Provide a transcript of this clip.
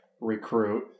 recruit